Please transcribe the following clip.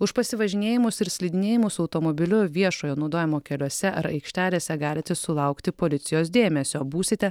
už pasivažinėjimus ir slidinėjimus automobiliu viešojo naudojimo keliuose ar aikštelėse galite sulaukti policijos dėmesio būsite